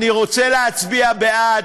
אני רוצה להצביע בעד,